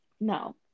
No